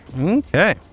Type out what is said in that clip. Okay